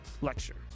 lecture